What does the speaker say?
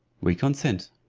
we consent.